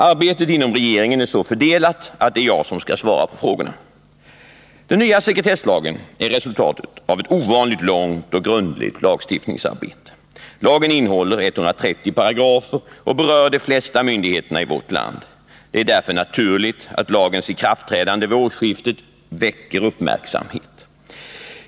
Arbetet inom regeringen är så fördelat att det är jag som skall svara på frågorna. Den nya sekretesslagen är resultatet av ett ovanligt långt och grundligt lagstiftningsarbete. Lagen innehåller 130 paragrafer och berör de flesta myndigheterna i vårt land. Det är därför naturligt att lagens ikraftträdande vid årsskiftet väcker uppmärksamhet.